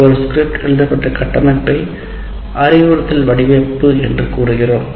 ஒரு ஸ்கிரிப்ட் எழுதப்பட்ட கட்டமைப்பை அறிவுறுத்தல் வடிவமைப்பு என்று அழைக்கப்படுகிறது